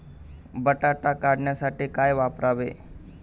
बटाटा काढणीसाठी काय वापरावे?